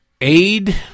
Aid